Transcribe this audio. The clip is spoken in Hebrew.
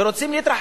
והם רוצים להתרחב.